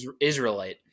Israelite